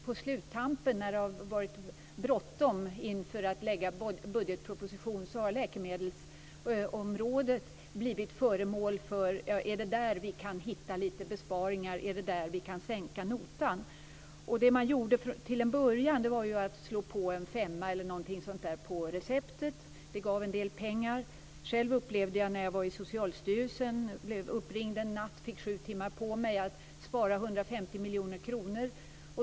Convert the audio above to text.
På sluttampen, när det har varit bråttom inför framläggandet av budgetpropositionen, har det varit läkemedelsområdet som blivit föremål för besparingar, och det är där man sänkt notan. Det man gjorde till en början var att slå på en femma på receptet. Det gav en del pengar. Själv blev jag när jag var i Socialstyrelsen uppringd en natt. Jag fick sju timmar på mig att spara 150 miljoner kronor.